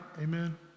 Amen